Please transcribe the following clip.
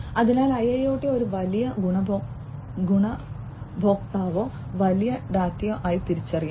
അതിനാൽ IIoT ഒരു വലിയ ഗുണഭോക്താവോ വലിയ ഡാറ്റയോ ആയി തിരിച്ചറിയാം